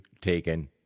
taken